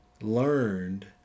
learned